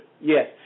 Yes